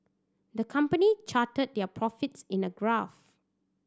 the company charted their profits in a graph